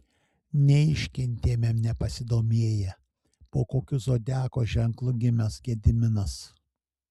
neiškentėme nepasidomėję po kokiu zodiako ženklu gimęs gediminas